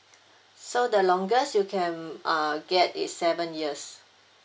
so the longest you can uh get is seven years